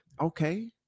okay